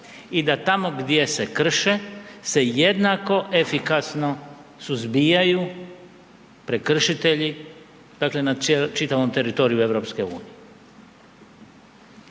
i da tamo gdje se krše se jednako efikasno suzbijaju prekršitelji na čitavom teritoriju EU. U ovoj